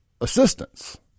assistance